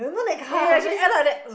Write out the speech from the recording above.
ya ya should end on that uh